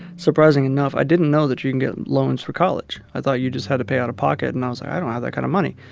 surprising enough, i didn't know that you can get loans for college. i thought you just had to pay out of pocket, and i was like, i don't have that kind of money.